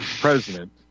president